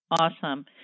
Awesome